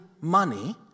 money